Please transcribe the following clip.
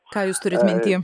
ką jūs turit minty